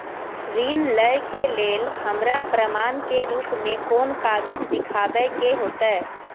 ऋण लय के लेल हमरा प्रमाण के रूप में कोन कागज़ दिखाबै के होतय?